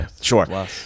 Sure